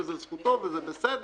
וזה זכותו וזה בסדר.